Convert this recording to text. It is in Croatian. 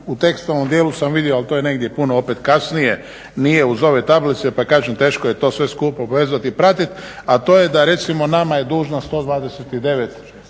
u tekstualnom dijelu sam vidio ali to je negdje puno opet kasnije nije uz ove tablice pa kažem teško je to sve skupa povezati i pratiti, a to je recimo NAMA je dužna 129